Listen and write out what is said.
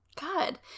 god